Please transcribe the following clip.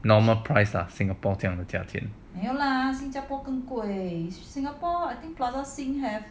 normal price lah singapore 这一样的价钱